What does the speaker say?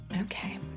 Okay